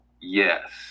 yes